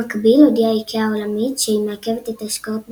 במקביל הודיעה איקאה העולמית שהיא מעכבת את ההשקעות בישראל,